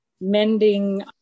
mending